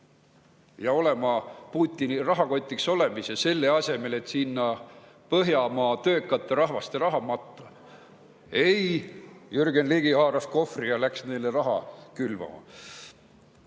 ja Putini rahakotiks olemise, selle asemel et sinna põhjamaa töökate rahvaste raha matta. Ei, Jürgen Ligi haaras kohvri ja läks neile raha külvama.